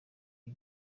iri